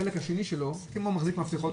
החלק השני שלו זה כמו מחזיק מפתחות,